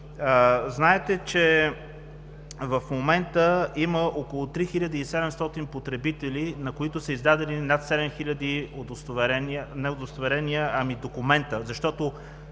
Знаете, че в момента има около 3700 потребители, на които са издадени над 7000 документа –